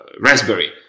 raspberry